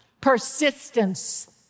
Persistence